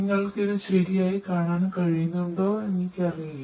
നിങ്ങൾക്ക് ഇത് ശരിയായി കാണാൻ കഴിയുന്നുണ്ടോ എന്ന് എനിക്കറിയില്ല